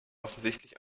offensichtlich